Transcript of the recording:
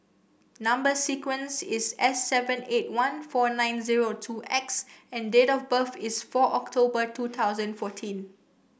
number sequence is S seven eight one four nine zero two X and date of birth is four October two thousand fourteen